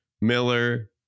Miller